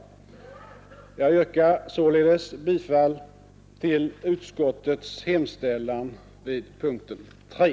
Jag yrkar således bifall till utskottets hemställan vid punkten 3.